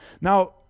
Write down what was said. Now